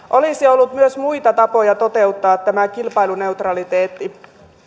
olisi ollut myös muita tapoja toteuttaa tämä kilpailuneutraliteetti